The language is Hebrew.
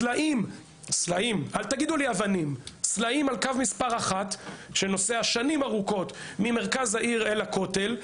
סלעים על קו מספר 1 שנוסע שנים ארוכות ממרכז העיר אל הכותל,